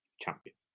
Champion